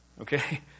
okay